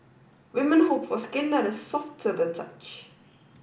women hope for skin that is soft to the touch